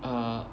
err